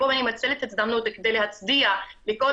אני מנצלת את ההזדמנות כדי להצדיע לכל